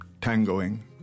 tangoing